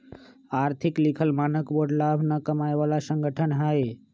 आर्थिक लिखल मानक बोर्ड लाभ न कमाय बला संगठन हइ